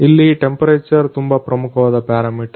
ಇಲ್ಲಿ ತಾಪಮಾನ ತುಂಬಾ ಪ್ರಮುಖವಾದ ಪ್ಯಾರಾಮೀಟರ್